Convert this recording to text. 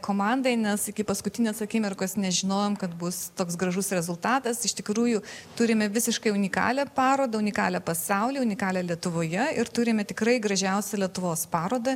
komandai nes iki paskutinės akimirkos nežinojom kad bus toks gražus rezultatas iš tikrųjų turime visiškai unikalią parodą unikalią pasauly unikalią lietuvoje ir turime tikrai gražiausią lietuvos parodą